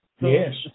Yes